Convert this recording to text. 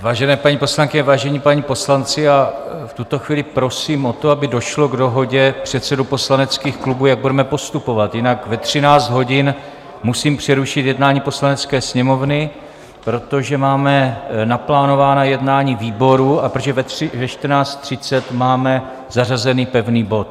Vážené paní poslankyně, vážení páni poslanci, v tuto chvíli prosím o to, aby došlo k dohodě předsedů poslaneckých klubů, jak budeme postupovat, jinak ve 13 hodin musím přerušit jednání Poslanecké sněmovny, protože máme naplánovaná jednání výboru a protože ve 14.30 máme zařazený pevný bod.